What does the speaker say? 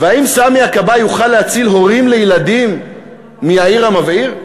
והאם סמי הכבאי יוכל להציל הורים לילדים מיאיר המבעיר?